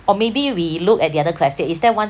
or maybe we look at the other question is there one